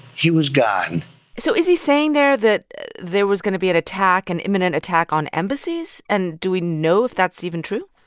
he was gone so is he saying there that there was going to be an attack, an imminent attack on embassies? and do we know if that's even true?